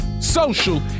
social